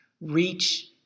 reach